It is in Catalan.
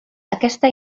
aquesta